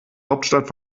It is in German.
hauptstadt